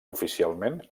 oficialment